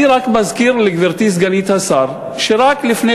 אני רק מזכיר לגברתי סגנית השר שרק לפני